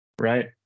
Right